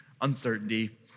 Uncertainty